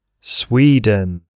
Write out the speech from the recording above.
Sweden